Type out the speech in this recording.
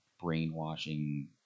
brainwashing